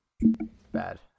bad